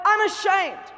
unashamed